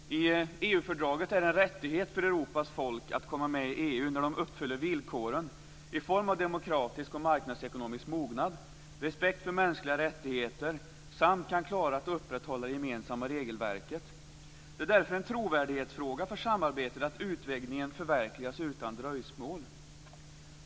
Fru talman! I EU-fördraget är det en rättighet för Europas folk att komma med i EU när de uppfyller villkoren i form av demokratisk och marknadsekonomisk mognad, respekt för mänskliga rättigheter samt kan klara att upprätthålla det gemensamma regelverket. Det är därför en trovärdighetsfråga för samarbetet att utvidgningen förverkligas utan dröjsmål.